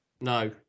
No